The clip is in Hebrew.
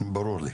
ברור לי.